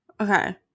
okay